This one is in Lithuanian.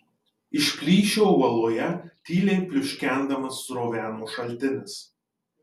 iš plyšio uoloje tyliai pliuškendamas sroveno šaltinis